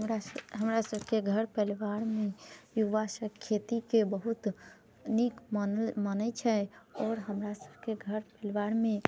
हमरा सभ हमरा सभकेँ घर परिवारमे युवा सभ खेतीके बहुत नीक मानल मानैत छै आओर हमरा सभकेँ घर परिवारमे